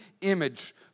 image